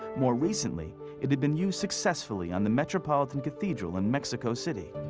more recently it had been used successfully on the metropolitan cathedral in mexico city.